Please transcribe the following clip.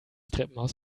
treppenhaus